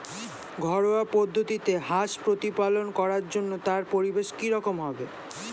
ঘরোয়া পদ্ধতিতে হাঁস প্রতিপালন করার জন্য তার পরিবেশ কী রকম হবে?